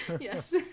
yes